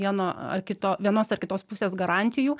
vieno ar kito vienos ar kitos pusės garantijų